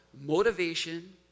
motivation